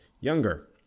younger